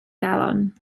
galon